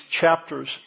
chapters